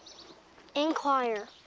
inquire.